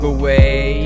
away